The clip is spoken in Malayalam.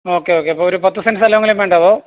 ഒക്കെ ഒക്കെ അപ്പമൊരു പത്ത് സെൻറ്റ് സ്ഥലവെങ്കിലും വേണ്ടേ അതോ